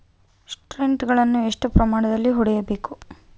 Sprint ಅನ್ನು ಎಷ್ಟು ಪ್ರಮಾಣದಲ್ಲಿ ಹೊಡೆಯಬೇಕು?